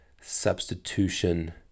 substitution